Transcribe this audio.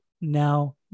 now